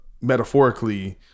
metaphorically